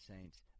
Saints